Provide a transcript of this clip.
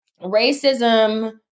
racism